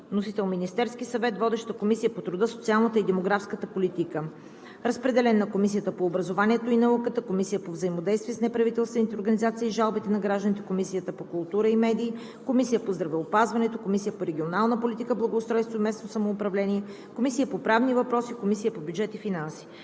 Вносител – Министерският съвет. Водеща е Комисията по труда, социалната и демографската политика. Разпределен е и на Комисията по образованието и науката, Комисията по взаимодействие с неправителствените организации и жалбите на гражданите, Комисията по културата и медиите, Комисията по здравеопазването, Комисията по регионална политика, благоустройство и местно самоуправление, Комисията по правни въпроси, Комисията по бюджет и финанси.